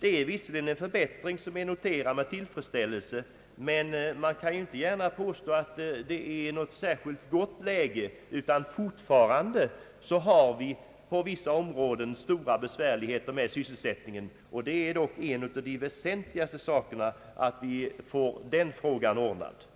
Det är visserligen en förbättring som jag noterar med tillfredsställelse, men man kan inte påstå att läget är särskilt gott, utan vi har fortfarande på vissa områden stora besvärligheter med sysselsättningen, och det är väsentligt att vi får dessa problem lösta.